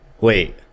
wait